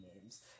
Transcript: names